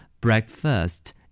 Breakfast